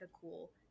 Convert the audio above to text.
cool